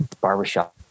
barbershop